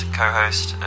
co-host